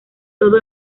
todo